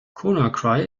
conakry